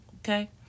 okay